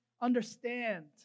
understand